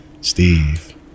Steve